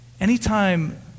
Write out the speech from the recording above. Anytime